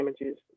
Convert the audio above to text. images